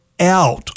out